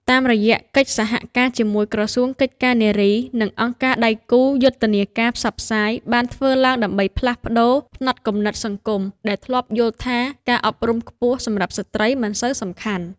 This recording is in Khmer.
តាមរយៈកិច្ចសហការជាមួយក្រសួងកិច្ចការនារីនិងអង្គការដៃគូ យុទ្ធនាការផ្សព្វផ្សាយបានធ្វើឡើងដើម្បីផ្លាស់ប្តូរផ្នត់គំនិតសង្គមដែលធ្លាប់យល់ថាការអប់រំខ្ពស់សម្រាប់ស្ត្រីមិនសូវសំខាន់។